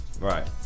Right